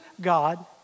God